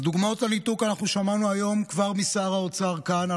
אז דוגמאות לניתוק אנחנו שמענו היום כבר משר האוצר כאן,